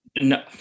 No